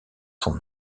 son